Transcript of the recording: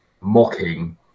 mocking